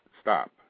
stop